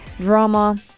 drama